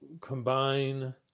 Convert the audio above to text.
combine